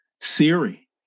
Siri